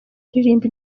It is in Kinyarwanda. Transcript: aririmba